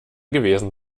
gewesen